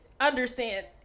understand